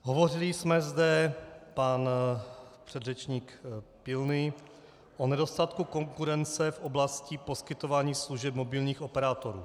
Hovořili jsme zde, pan předřečník Pilný, o nedostatku konkurence v oblasti poskytování služeb mobilních operátorů.